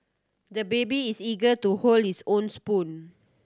the baby is eager to hold his own spoon